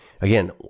Again